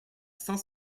cinq